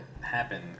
happen